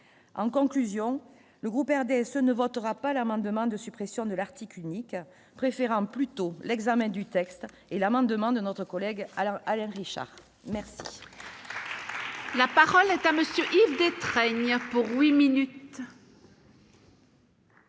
en conclusion, le groupe RDSE ne votera pas l'amendement de suppression de l'article unique, préférant plutôt l'examen du texte et l'amendement de notre collègue alors Alain Richard merci.